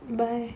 bye